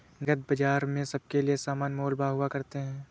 नकद बाजार में सबके लिये समान मोल भाव हुआ करते हैं